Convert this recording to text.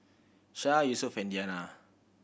Syah Yusuf and Diyana